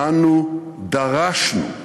אנו דרשנו.